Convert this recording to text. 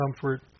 comfort